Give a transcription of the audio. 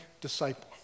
disciple